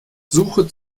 suche